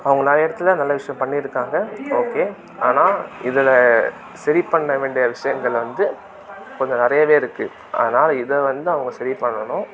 அவங்க நிறைய இடத்துல நல்ல விஷயம் பண்ணி இருக்காங்க ஓகே ஆனால் இதில் சரி பண்ண வேண்டிய விஷயங்கள் வந்து கொஞ்சம் நிறையவே இருக்குது அதனால் இதை வந்து அவங்க சரி பண்ணணும்